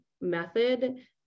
method